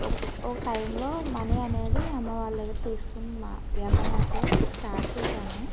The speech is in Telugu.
ఒ ఒక టైంలో మనీ అనేది అమ్మ వాళ్ళ దగ్గర తీసుకుని మా వ్యాపారం అయితే స్టార్ట్ చేశాను